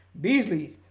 Beasley